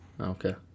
Okay